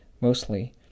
mostly